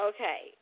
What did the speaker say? Okay